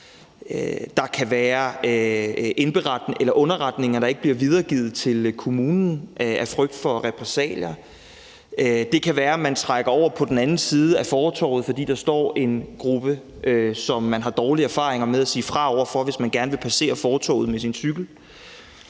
Der kan være underretninger, der ikke bliver videregivet til kommunen af frygt for repressalier. Det kan være, man trækker over på den anden side af fortovet, fordi der står en gruppe, som man har dårlige erfaringer med at sige fra over for, hvis man gerne vil passere fortovet med sin cykel.